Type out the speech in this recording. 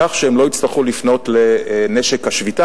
כך שהם לא יצטרכו לפנות לנשק השביתה.